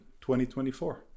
2024